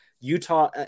utah